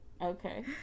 okay